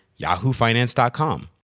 yahoofinance.com